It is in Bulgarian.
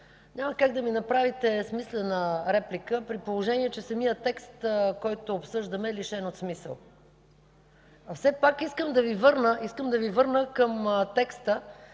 няма как да ми направите смислена реплика, при положение че самият текст, който обсъждаме, е лишен от смисъл. Но все пак искам да Ви върна към текста,